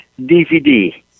DVD